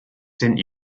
sent